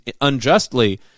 unjustly